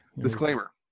disclaimer